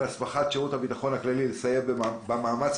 הסמכת שירות הביטחון הכללי לסייע במאמץ